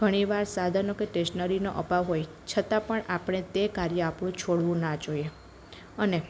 ઘણીવાર સાધનો કે ટેશનરીનો અભાવ હોય છતાં પણ આપળે તે કાર્ય આપણું છોડવું ન જોઈએ અને